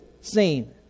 seen